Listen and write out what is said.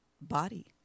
body